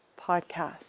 podcast